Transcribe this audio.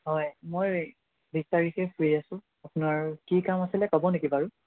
হয় মই বিছ তাৰিখে ফ্ৰী আছোঁ আপোনাৰ কি কাম আছিলে ক'ব নেকি বাৰু